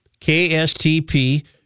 KSTP